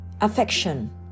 affection